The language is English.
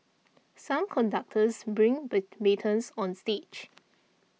some conductors bring batons on stage